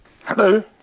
Hello